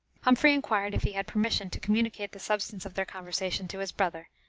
humphrey inquired if he had permission to communicate the substance of their conversation to his brother,